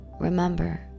Remember